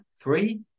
three